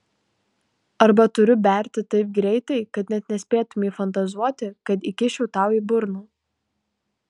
arba turiu berti taip greitai kad net nespėtumei fantazuoti kad įkiščiau tau į burną